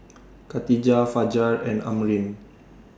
Katijah Fajar and Amrin